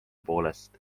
poolest